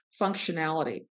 functionality